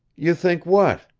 you think what?